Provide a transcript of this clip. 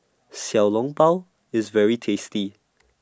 Xiao Long Bao IS very tasty